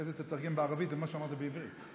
תתרגם לערבית את מה שאמרת בעברית.